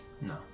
no